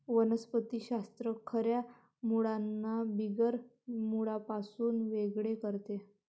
वनस्पति शास्त्र खऱ्या मुळांना बिगर मुळांपासून वेगळे करते